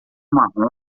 marrom